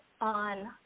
on